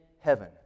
heaven